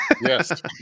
Yes